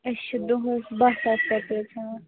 أسۍ چھِ دۄہَس بہہ ساس رۄپیہِ حظ ہٮ۪وان